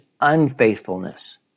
unfaithfulness